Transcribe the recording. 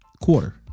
quarter